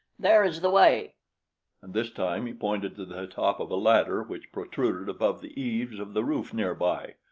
there is the way. and this time he pointed to the top of a ladder which protruded above the eaves of the roof near-by.